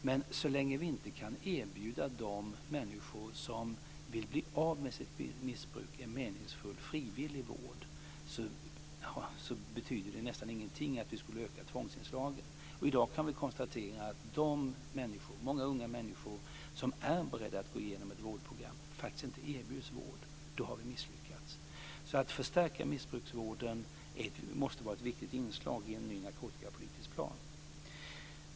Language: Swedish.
Men så länge vi inte kan erbjuda de människor som vill bli av med sitt missbruk en meningsfull frivillig vård betyder det nästan ingenting om vi ökar tvångsinslagen. I dag kan vi konstatera att de många unga människor som är beredda att gå igenom ett vårdprogram inte erbjuds vård. Då har vi misslyckats. Att förstärka missbrukarvården måste vara ett viktigt inslag i en ny narkotikapolitisk plan.